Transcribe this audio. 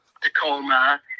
Tacoma